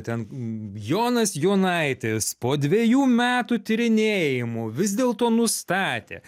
ten jonas jonaitis po dvejų metų tyrinėjimų vis dėlto nustatė